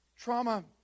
Trauma